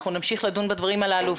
אנחנו נמשיך לדון בדברים הללו,